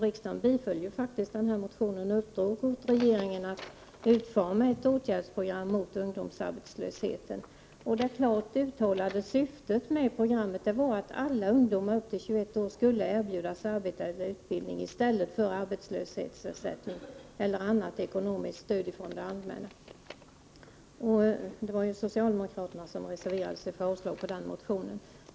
Riksdagen biföll den motionen och uppdrog åt regeringen att utforma ett åtgärdsprogram mot ungdomsarbetslösheten. Det klart uttalade syftet med programmet var att alla ungdomar upp till 21 år skulle erbjudas arbete eller utbildning i stället för arbetslöshetsersättning eller annat ekonomiskt stöd från det allmänna. Socialdemokraterna reserverade sig för avslag på den motionen.